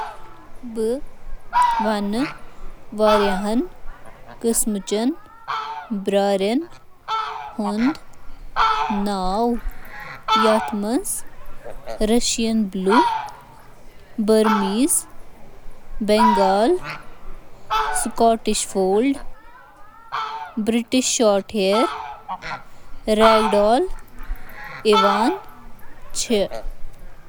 بیٛارٮ۪ن ہٕنٛدۍ چھِ کینٛہہ قٕسٕم: شیٖنہٕ سٕہہ، فارسی بیٛارِ، راگڈول، بنٛگال بیٛٲر تہٕ باقٕی۔